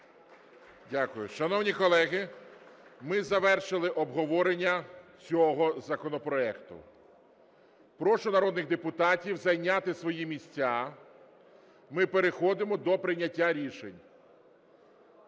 Дякую. Шановні колеги, ми завершили обговорення цього законопроекту. Прошу народних депутатів зайняти свої місця, ми переходимо до прийняття рішень.